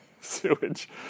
sewage